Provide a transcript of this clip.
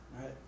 right